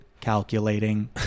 calculating